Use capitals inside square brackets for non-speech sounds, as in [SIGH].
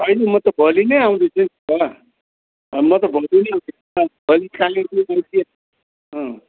होइन म त भोलि नै आउँदैछु नि त म त भोलि नै आउँछु [UNINTELLIGIBLE]